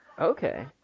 Okay